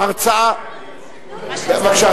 ההרצאה, בבקשה.